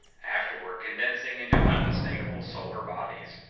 afterward condensing into unmistakable solar bodies.